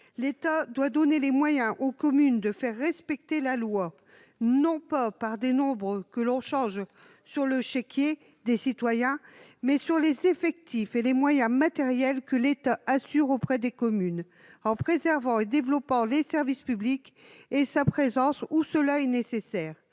l'État doit donner les moyens aux communes de faire respecter la loi, non pas par des nombreux que l'on change sur le chéquier des citoyens mais sur les effectifs et les moyens matériels que l'État assure auprès des communes en préservant et développant les services publics et sa présence où cela est nécessaire,